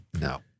No